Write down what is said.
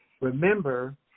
Remember